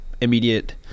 immediate